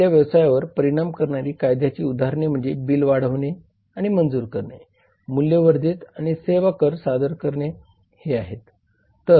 आपल्या व्यवसायावर परिणाम करणारी कायद्याची उदाहरणे म्हणजे बिल वाढवणे आणि मंजूर करणे मूल्यवर्धित आणि सेवा कर सादर करणे ही आहेत